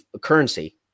currency